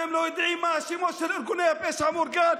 אתם לא יודעים מה השמות של ארגוני הפשע המאורגן?